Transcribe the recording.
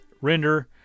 render